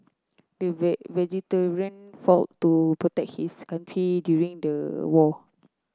the fought to protect his country during the war